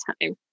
time